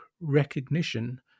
recognition